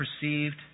perceived